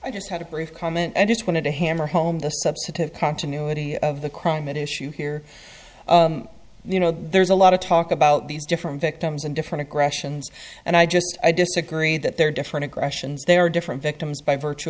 i just had a brief comment i just wanted to hammer home the substantive continuity of the crime at issue here you know there's a lot of talk about these different victims and different aggressions and i just i disagree that they're different aggressions they are different victims by virtue